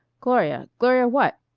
gloria gloria what?